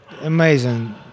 Amazing